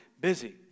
busy